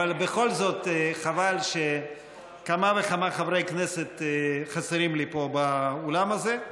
אבל בכל זאת חבל שכמה וכמה חברי כנסת חסרים לי פה באולם הזה.